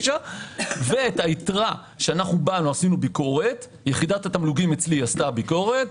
ואת היתרה יחידת התמלוגים אצלי עשתה ביקורת,